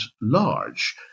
large